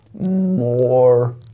more